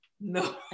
No